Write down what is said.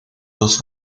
dos